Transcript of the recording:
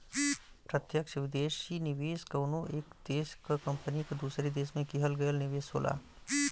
प्रत्यक्ष विदेशी निवेश कउनो एक देश क कंपनी क दूसरे देश में किहल गयल निवेश होला